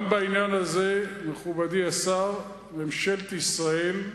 גם בעניין הזה, מכובדי השר, ממשלת ישראל,